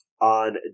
on